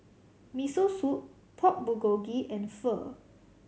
Miso Soup Pork Bulgogi and Pho